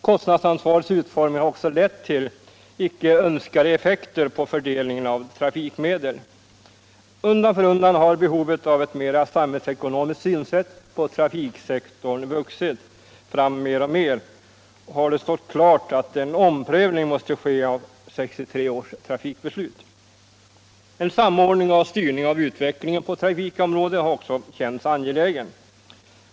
Kostnadsansvarets utformning har också lev ull icke önskade effekter på fördelningen av trafikmedel. Undan för undan har behovet av ett mera samhällsekonomiskt synsätt på trafiksektorn vuxit fram, och mer och mer har det stått klart att en omprövning måste ske av 1963 års trafikbeslut. En samordning och styrning av utvecklingen på trafikområdet har också känts angelägen.